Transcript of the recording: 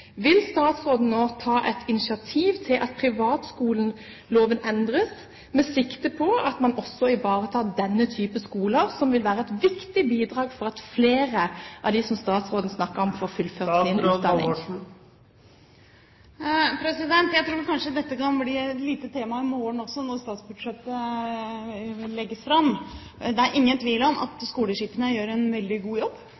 Vil statsråden ta initiativ til at privatskoleloven endres, slik at man også ivaretar denne type skoler, som vil være viktige bidrag til at flere av dem som statsråden snakket om, får fullføre sin utdanning? Jeg tror dette kanskje kan bli et lite tema i morgen også, når statsbudsjettet legges fram. Det er ingen tvil om